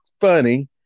funny